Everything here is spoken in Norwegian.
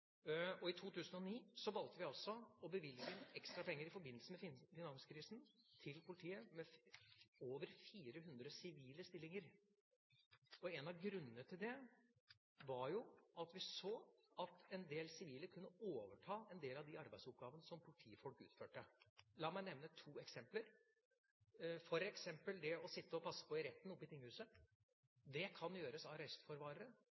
I 2009 valgte vi i forbindelse med finanskrisen å bevilge ekstra penger til politiet knyttet til over 400 sivile stillinger. En av grunnene var jo at vi så at en del sivile kunne overta noen av de arbeidsoppgavene som politifolk utførte. La meg nevne to eksempler: Det å sitte og passe på i retten oppe i Tinghuset kan gjøres av